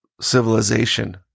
civilization